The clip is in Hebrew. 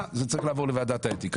היום יום שלישי ב' בשבט התשפ"ב,